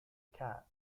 cat